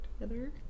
together